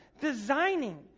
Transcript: designing